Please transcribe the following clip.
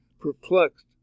perplexed